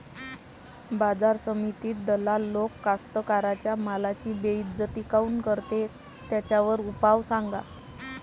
बाजार समितीत दलाल लोक कास्ताकाराच्या मालाची बेइज्जती काऊन करते? त्याच्यावर उपाव सांगा